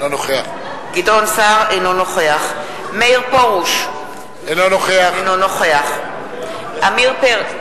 אינו נוכח מאיר פרוש, אינו נוכח עמיר פרץ,